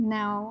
now